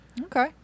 Okay